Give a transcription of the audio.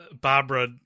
Barbara